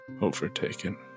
overtaken